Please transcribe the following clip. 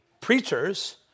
preachers